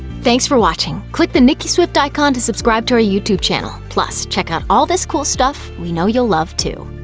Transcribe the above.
thanks for watching! click the nicki swift icon to subscribe to our youtube channel. plus check out all this cool stuff we know you'll love, too!